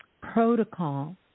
protocol